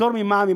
הפטור ממע"מ,